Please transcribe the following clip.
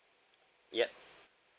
yup